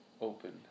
open